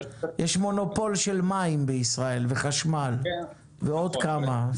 יש מונופול של מים וחשמל בישראל ועוד כמה,